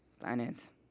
Finance